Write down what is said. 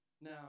now